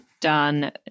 done